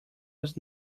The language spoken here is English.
was